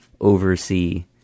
oversee